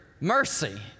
mercy